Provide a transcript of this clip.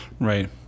Right